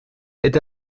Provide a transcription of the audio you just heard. est